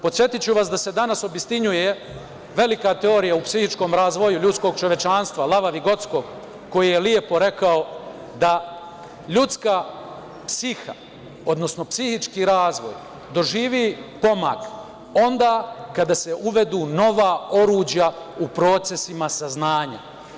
Podsetiću vas da se danas obistinjuje velika teorija u psihičkom razvoju ljudskog čovečanstva Lava Vigotskog, koji je lepo rekao da ljudska psiha, odnosno psihički razvoj, doživi pomak onda kada se uvedu nova oruđa u procesima saznanja.